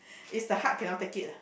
it's the heart cannot take it lah